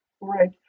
Right